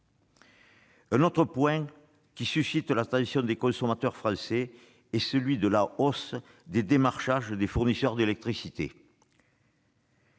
Un autre point qui suscite l'attention des consommateurs français est celui de la hausse du nombre des démarchages par les fournisseurs d'électricité.